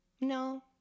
no